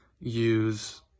use